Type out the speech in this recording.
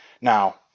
Now